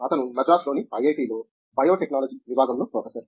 అతను మద్రాసులోని ఐఐటిలో బయోటెక్నాలజీ విభాగంలో ప్రొఫెసర్